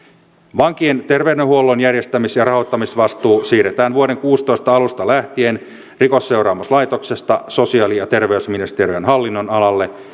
vankien ter veydenhuollon järjestämis ja rahoittamisvastuu siirretään vuoden kaksituhattakuusitoista alusta lähtien rikosseuraamuslaitoksesta sosiaali ja terveysministeriön hallinnonalalle